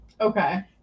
Okay